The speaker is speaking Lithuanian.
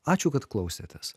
ačiū kad klausėtės